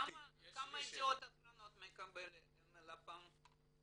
כמה ידיעות אחרונות מקבל מלפ"מ?